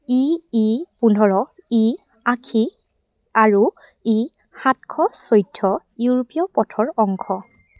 ই E পোন্ধৰ E আশী আৰু ই সাতশ চৈধ্য ইউৰোপীয় পথৰ অংশ